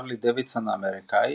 הרלי-דייווידסון האמריקאי,